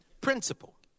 Principle